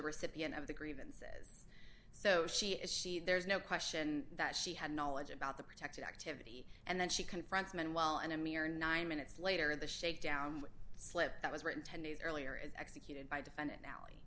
recipient of the grievances so she is she there's no question that she had knowledge about the protected activity and then she confronts men while anime or nine minutes later the shakedown slip that was written ten days earlier is executed by the finale